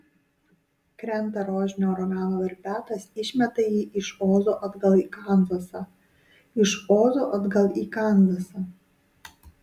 krenta rožinio uragano verpetas išmeta jį iš ozo atgal į kanzasą iš ozo atgal į kanzasą